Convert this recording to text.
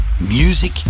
music